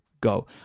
go